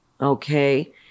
Okay